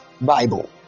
Bible